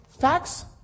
facts